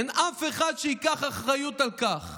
אין אף אחד שייקח אחריות על כך.